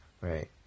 right